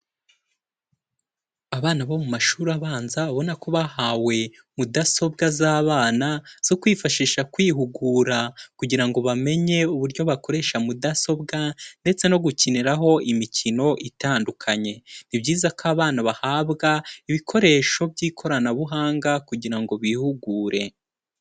Abana bo mu mashuri abanza babona ko bahawe mudasobwa z'abana zo kwifashisha kwihugura kugira ngo bamenye uburyo bakoresha mudasobwa ndetse no gukiniraho imikino itandukanye, ni byiza ko abana bahabwa ibikoresho by'ikoranabuhanga kugira ngo bihugure.